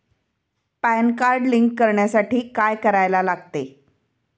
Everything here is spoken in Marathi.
पॅन कार्ड लिंक करण्यासाठी काय करायला लागते?